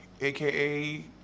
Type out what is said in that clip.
AKA